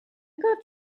got